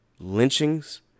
lynchings